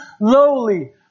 lowly